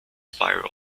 spiral